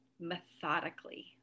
methodically